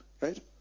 right